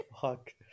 fuck